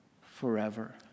forever